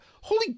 Holy